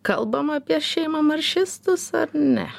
kalbam apie šeimamaršistus ar ne